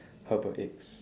herbal eggs